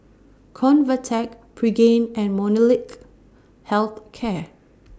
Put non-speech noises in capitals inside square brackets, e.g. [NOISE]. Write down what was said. Convatec Pregain and Molnylcke [NOISE] Health Care